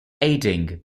aiding